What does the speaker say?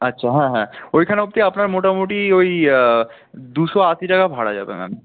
আচ্ছা হ্যাঁ হ্যাঁ ঐখান অবধি আপনার মোটামুটি ওই দুশো আশি টাকা ভাড়া যাবে ম্যাম